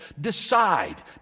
Decide